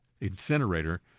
incinerator